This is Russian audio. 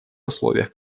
условиях